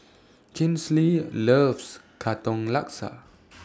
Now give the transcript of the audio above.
Kinsley loves Katong Laksa